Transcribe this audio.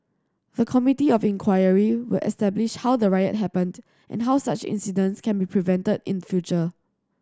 the Committee of Inquiry will establish how the riot happened and how such incidents can be prevented in future